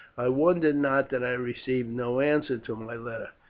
i wondered not that i received no answer to my letter.